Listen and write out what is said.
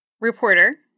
reporter